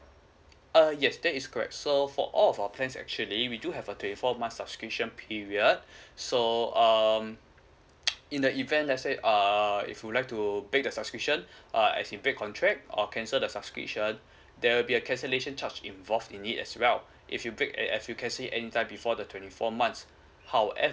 uh yes that is correct so for all our plan actually we do have a twenty four months subscription period so um in the event let's say err if you like to break the subscription uh as in break contract or cancel the subscription there will be a cancellation charge involved in it as well if you break as you can see any time before the twenty four months howe~